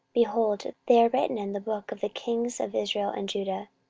behold, they are written in the book of the kings of israel and judah.